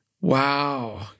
wow